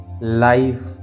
Life